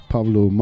Pablo